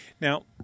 Now